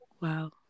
Wow